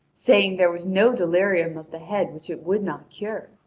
saying there was no delirium of the head which it would not cure.